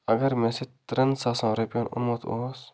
اَگر مےٚ سُہ ترٛٮ۪ن ساسَن رۄپیَن اوٚنمُت اوس